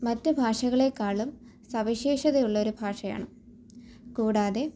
മറ്റ് ഭാഷകളേക്കാളും സവിശേഷത ഉള്ള ഒരു ഭാഷയാണ് കൂടാതെ